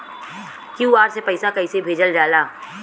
QR से पैसा कैसे भेजल जाला?